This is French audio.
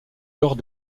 lors